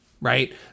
right